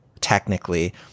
technically